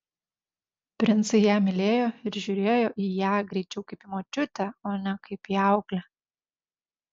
princai ją mylėjo ir žiūrėjo į ją greičiau kaip į močiutę o ne kaip į auklę